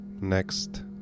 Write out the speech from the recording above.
Next